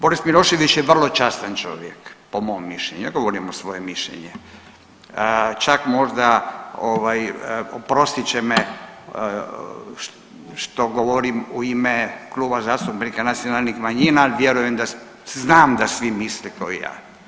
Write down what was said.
Boris Milošević je vrlo častan čovjek po mom mišljenju, ja govorim svoje mišljenje, čak možda ovaj oprostit će me što govorim u ime Kluba zastupnika nacionalnih manjina, al vjerujem, znam da svi misle ko i ja.